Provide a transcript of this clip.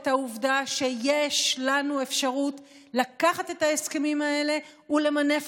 העובדה שיש לנו אפשרות לקחת את ההסכמים האלה ולמנף